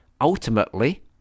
Ultimately